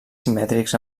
simètrics